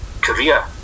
career